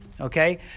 Okay